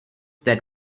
that